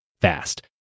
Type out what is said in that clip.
fast